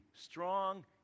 strong